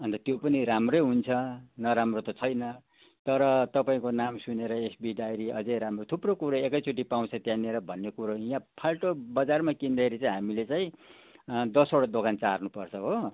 अन्त त्यो पनि राम्रै हुन्छ नराम्रो त छैन तर तपाईँको नाम सुनेर एसबी डाइरी अझै राम्रो थुप्रो कुरो एकैचोटी पाउँछ त्यहाँनिर भन्ने कुरो यहाँ फाल्टो बजारमा किन्दाखेरि चाहिँ हामीले चाहिँ दसवटा दोकान चाहार्नुपर्छ हो